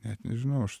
net nežinau aš